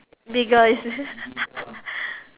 bigger is it